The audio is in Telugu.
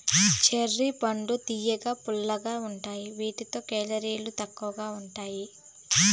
చెర్రీ పండ్లు తియ్యగా, పుల్లగా ఉంటాయి వీటిలో కేలరీలు తక్కువగా ఉంటాయి